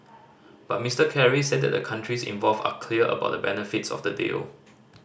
but Mister Kerry said that the countries involved are clear about the benefits of the deal